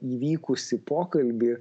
įvykusį pokalbį